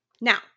Now